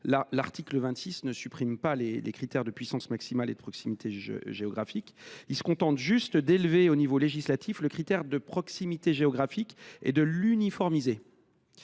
l’article 26 ne supprime pas les critères de puissance maximale et de proximité géographique. Il se contente d’élever au niveau législatif le critère de proximité géographique et de l’uniformiser